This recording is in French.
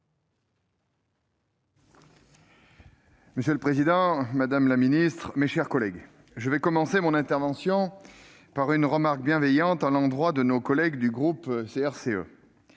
Monsieur le président, madame la secrétaire d'État, mes chers collègues, je commencerai mon intervention par une remarque bienveillante à l'endroit de nos collègues du groupe CRCE.